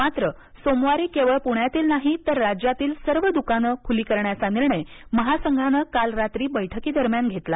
मात्र सोमवारी केवळ पुण्यातील नाही तरराज्यातील सर्व दुकाने खुली करण्याचा निर्णय महासंघाने काल रात्री बैठकी दरम्यान घेतला